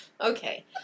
Okay